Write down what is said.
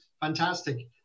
fantastic